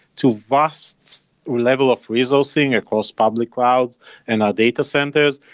to vast level of resourcing across public routes and our data centers,